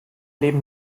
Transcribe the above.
leben